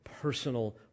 personal